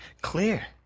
clear